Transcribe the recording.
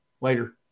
Later